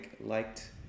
liked